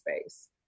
space